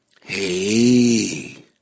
Hey